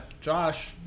josh